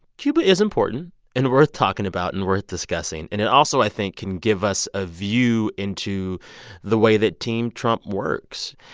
cuba is important and worth talking about and worth discussing. and it also, i think, can give us a view into the way that team trump works.